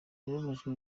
yababajwe